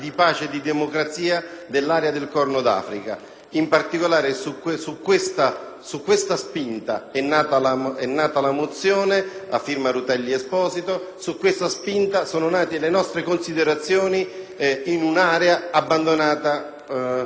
In particolare, su questa spinta è nato l'ordine del giorno a firma Rutelli ed Esposito e su questa spinta sono nate le nostre considerazioni su un'area abbandonata a se stessa negli ultimi vent'anni.